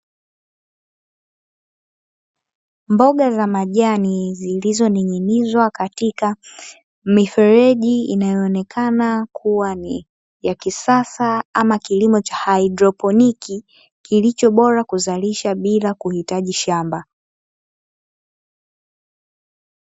Mboga za majani zilizoning'inizwa katika mifereji inayoonekana kuwa ni ya kisasa ama kilimo cha haidroponi, kilicho bora kuzalisha bila kuhitaji shamba.